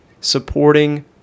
supporting